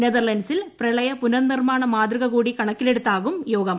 നെതർലന്റ്സിൽ പ്രളയ പുനർനിർമാണ മാതൃകകൂടി കണക്കിലെടുത്താകും യോഗം